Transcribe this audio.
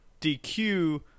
DQ